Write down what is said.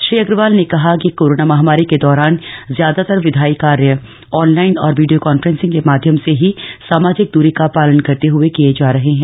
श्री अग्रवाल कहा कि कोरोना महामारी के दौरान ज्यादातर विधायी कार्य ऑनलाइन और वीडियो कॉन्फ्रेंसिंग के माध्यम से ही सामाजिक दूरी का पालन करते हुए किए जा रहे है